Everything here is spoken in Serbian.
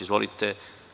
Izvolite.